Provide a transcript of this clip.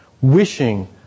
wishing